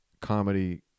comedy